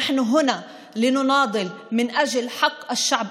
אנחנו פה ברשימה המשותפת מייצגים את החברה שלנו